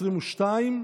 (תיקוני חקיקה), תשפ"ב 2022,